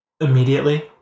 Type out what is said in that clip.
Immediately